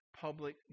public